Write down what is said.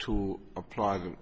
to apply them